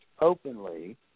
openly